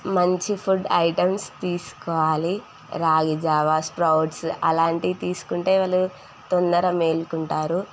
మంచి food items తీసుకోవాలి రాగి జావ స్ప్రౌట్సు అలాంటివి తీసుకుంటే వాళ్ళు తొందర మేల్కుంటారు